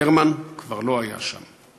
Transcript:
ברמן כבר לא היה שם.